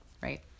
right